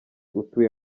utuye